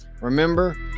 Remember